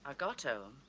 ah go to